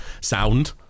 sound